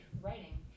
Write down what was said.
writing